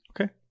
okay